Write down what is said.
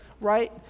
right